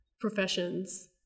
professions